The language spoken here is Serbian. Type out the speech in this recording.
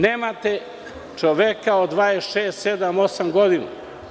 Nemate čoveka od 26-28 godina.